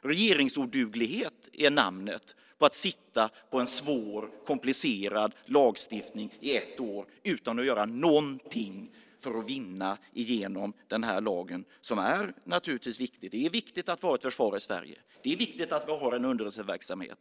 Regeringsoduglighet kallas det när man sitter på en svår och komplicerad lagstiftning i ett år utan att göra någonting för att vinna igenom en lag som naturligtvis är viktig. Det är viktigt att vi har ett försvar i Sverige. Det är viktigt att vi har en underrättelseverksamhet.